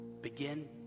begin